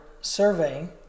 surveying